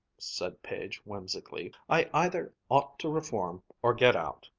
said page whimsically. i either ought to reform or get out.